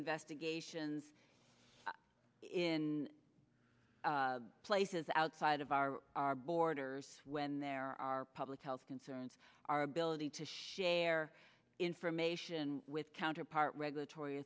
investigations in places outside of our our borders when there are public health concerns our ability to share information with counterpart